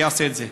שיעשה את זה.